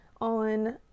on